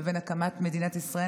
לבין הקמת מדינת ישראל,